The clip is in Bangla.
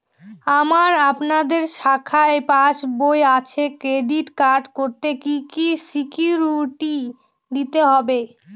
আমার আপনাদের শাখায় পাসবই আছে ক্রেডিট কার্ড করতে কি কি সিকিউরিটি দিতে হবে?